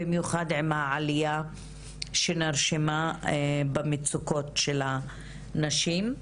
במיוחד עם העלייה שנרשמה במצוקות של הנשים.